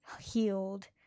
healed